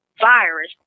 virus